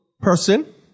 person